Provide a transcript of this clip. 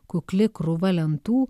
kukli krūva lentų